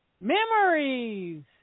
Memories